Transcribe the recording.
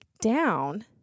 down